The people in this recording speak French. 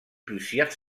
plusieurs